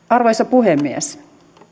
arvoisa puhemies